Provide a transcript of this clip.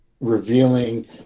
revealing